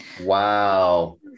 wow